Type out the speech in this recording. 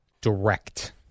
direct